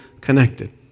connected